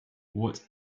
what